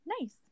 nice